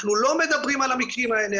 אנחנו לא מדברים על המקרים אלה.